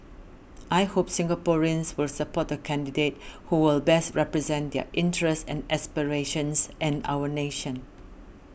I hope Singaporeans will support the candidate who will best represent their interests and aspirations and our nation